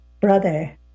brother